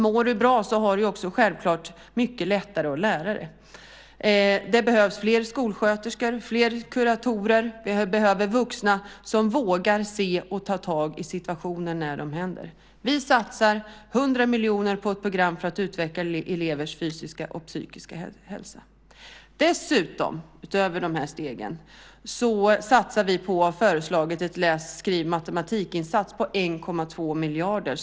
Mår du bra har du också självklart mycket lättare att lära dig. Det behövs fler skolsköterskor och fler kuratorer. Vi behöver vuxna som vågar se och ta tag i situationen när det händer. Vi satsar 100 miljoner på ett program för att utveckla elevers fysiska och psykiska hälsa. Utöver dessa steg satsar vi på och har föreslagit en läs-skriv-matematik-insats på 1,2 miljarder.